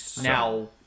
Now